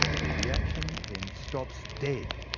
the reaction then stops dead.